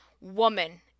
woman